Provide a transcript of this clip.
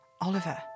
Oliver